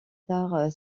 tard